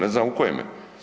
Ne znam u kojeme?